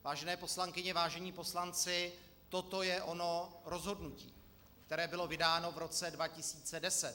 Vážené poslankyně, vážení poslanci, toto je ono rozhodnutí, které bylo vydáno v roce 2010.